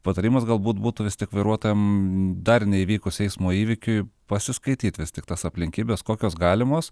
patarimas galbūt būtų vis tik vairuotojam dar neįvykus eismo įvykiui pasiskaityt vis tik tas aplinkybes kokios galimos